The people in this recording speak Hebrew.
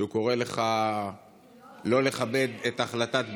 שהוא קורא לך לא לכבד את החלטת בג"ץ,